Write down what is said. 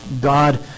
God